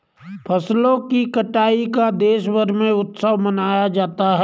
फसलों की कटाई का देशभर में उत्सव मनाया जाता है